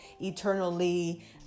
eternally